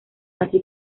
así